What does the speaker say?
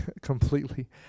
completely